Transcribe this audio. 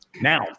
Now